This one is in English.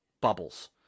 bubbles